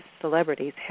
celebrities